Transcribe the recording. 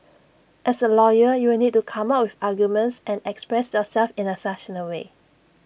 as A lawyer you'll need to come up with arguments and express yourself in A succinct way